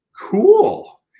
cool